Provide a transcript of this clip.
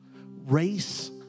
Race